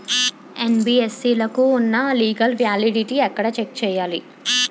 NBFC లకు ఉన్నా legal validity ఎక్కడ చెక్ చేయాలి?